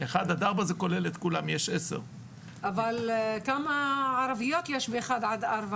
1-4 זה כולל את כולם יש עד 10. אבל כמה בערביות זה כולל ב- 1-4?